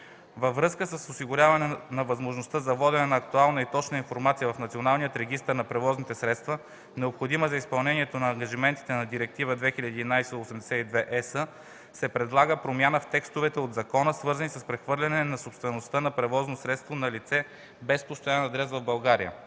Във връзка с осигуряването на възможността за водене на актуална и точна информация в Националния регистър на превозните средства, необходима за изпълнение на ангажиментите по Директива 2011/82/ЕС, се предлага промяна в текстовете от закона, свързани с прехвърлянето на собствеността на превозно средство на лице без постоянен адрес в България.